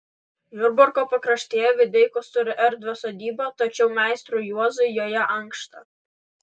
jurbarko pakraštyje videikos turi erdvią sodybą tačiau meistrui juozui joje ankšta